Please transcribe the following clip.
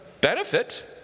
benefit